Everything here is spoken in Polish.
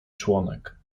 członek